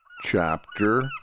Chapter